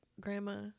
grandma